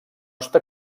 està